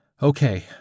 Okay